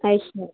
ਅੱਛਾ